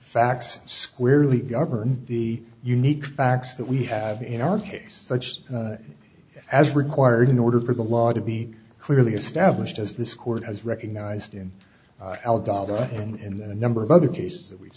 facts squarely govern the unique facts that we have in our case such as required in order for the law to be clearly established as this court has recognized in and the number of other case